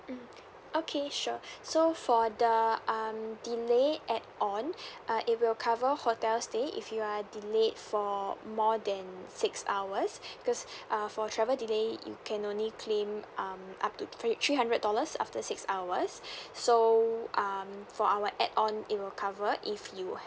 mm okay sure so for the um delay add on uh it will cover hotel stay if you're delayed for more than six hours because uh for travel delay you can only claim um up to three three hundred dollars after six hours so um for our add on it will cover if you